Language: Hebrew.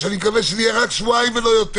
אני מקווה שזה יהיה רק שבועיים ולא יותר